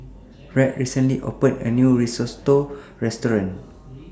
Rhett recently opened A New Risotto Restaurant